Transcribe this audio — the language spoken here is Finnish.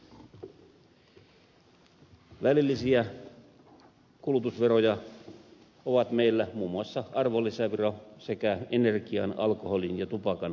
välillisiä kulutusveroja ovat meillä muun muassa arvonlisävero sekä energian alkoholin ja tupakan valmisteverot